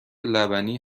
لبنی